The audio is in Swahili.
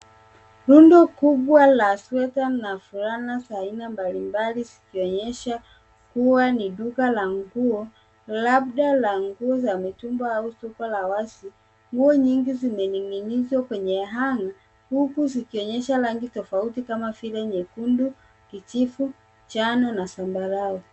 Rundo kubwa la sweta na fulana za aina mbalimbali zikionyesha kuwa ni duka la nguo, labda la nguo za mitumba au duka la wazi. Nguo nyingi zimening'inizwa kwenye hang huku zikionyesha rangi tofauti kama vile nyekundu, kijivu, njano na zambarau.